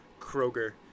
Kroger